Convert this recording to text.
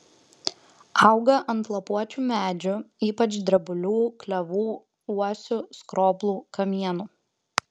auga ant lapuočių medžių ypač drebulių klevų uosių skroblų kamienų